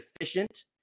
efficient